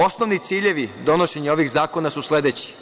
Osnovni ciljevi donošenja ovih zakona su sledeći.